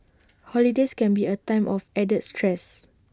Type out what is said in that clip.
holidays can be A time of added stress